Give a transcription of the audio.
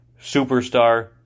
superstar